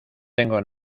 tengo